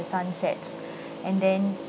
sun sets and then